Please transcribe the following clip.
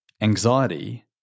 anxiety